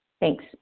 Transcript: Thanks